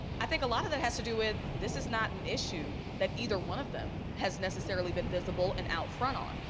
i think a lot of it has to do with this is not an issue that either one of them has necessarily been visible and out front on,